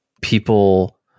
People